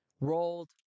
rolled